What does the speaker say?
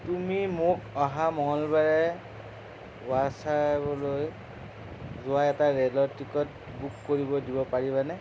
তুমি মোক অহা মঙলবাৰে ৱাছাবলৈ যোৱা এটা ৰে'লৰ টিকট বুক কৰিব দিব পাৰিবানে